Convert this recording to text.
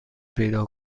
پیدا